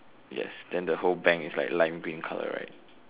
yes then the whole bank is like lime green color right